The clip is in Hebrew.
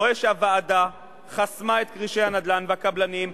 רואה שהוועדה חסמה את כרישי הנדל"ן והקבלנים.